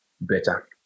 better